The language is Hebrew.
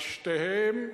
על שתיהן,